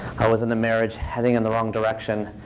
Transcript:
i was in a marriage heading in the wrong direction.